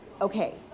okay